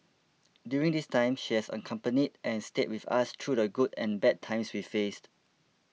during this time she has accompanied and stayed with us through the good and bad times we faced